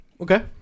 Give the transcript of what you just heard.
Okay